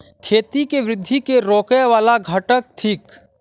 खेती केँ वृद्धि केँ रोकय वला घटक थिक?